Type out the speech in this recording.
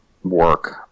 work